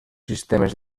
sistemes